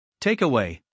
Takeaway